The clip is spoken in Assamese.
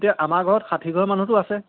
এতিয়া আমাৰ ঘৰত ষাঠিঘৰ মানুহতো আছে